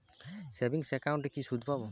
Savings একাউন্টে কি সুদ পাব?